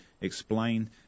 explain